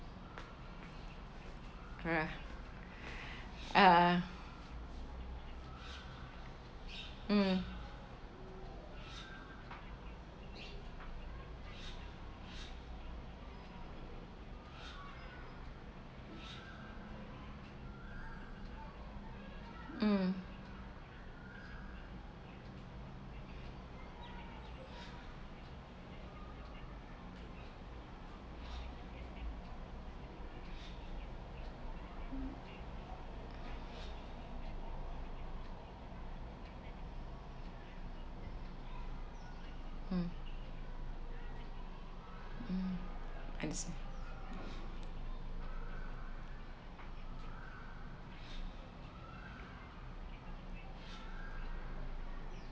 correct uh mm mm mm exac~